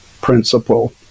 principle